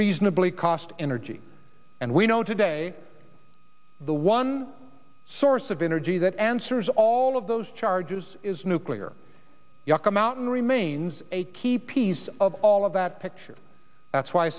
reasonably cost energy and we know today the one source of energy that answers all of those charges is nuclear yucca mountain remains a key piece of all of that picture that's why